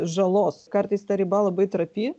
žalos kartais ta riba labai trapi